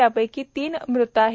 त्यापैकी तीन मृत आहे